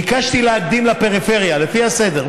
ביקשתי להקדים לפריפריה, לפי הסדר.